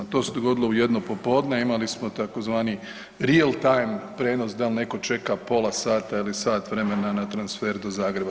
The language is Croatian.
To se dogodilo u jedno popodne, imali smo tzv. real time prijenos dal neko čeka pola sata ili sat vremena na transfer do Zagreba.